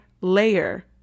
layer